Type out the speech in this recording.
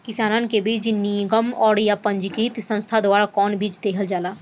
किसानन के बीज निगम या पंजीकृत संस्था द्वारा कवन बीज देहल जाला?